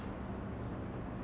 you like vijay is it